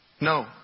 No